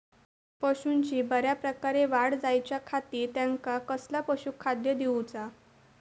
पशूंची बऱ्या प्रकारे वाढ जायच्या खाती त्यांका कसला पशुखाद्य दिऊचा?